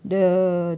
the